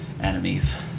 enemies